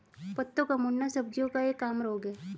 पत्तों का मुड़ना सब्जियों का एक आम रोग है